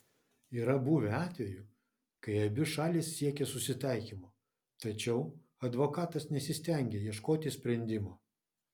yra buvę atvejų kai abi šalys siekė susitaikymo tačiau advokatas nesistengė ieškoti sprendimo